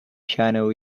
piano